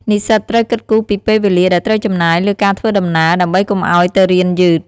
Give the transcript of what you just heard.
និស្សិតត្រូវគិតគូរពីពេលវេលាដែលត្រូវចំណាយលើការធ្វើដំណើរ ដើម្បីកុំឱ្យទៅរៀនយឺត។